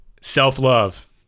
Self-love